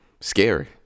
scary